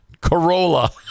Corolla